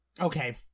Okay